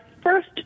first